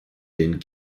den